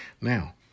Now